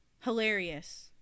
Hilarious